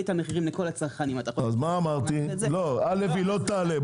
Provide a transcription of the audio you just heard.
המחירים לכל הצרכנים אז --- היא לא תעלה,